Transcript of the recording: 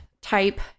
type